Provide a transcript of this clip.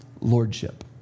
Lordship